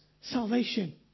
salvation